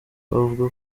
bavuga